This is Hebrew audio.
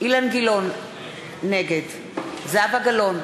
אילן גילאון, נגד זהבה גלאון,